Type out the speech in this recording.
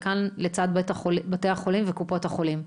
וכאן לצד בתי החולים וקופות החולים.